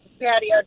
patio